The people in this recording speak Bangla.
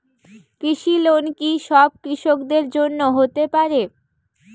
কৃষি লোন কি সব কৃষকদের জন্য হতে পারে?